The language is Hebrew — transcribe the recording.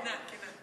כנה, כנה.